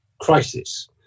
crisis